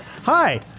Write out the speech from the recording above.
Hi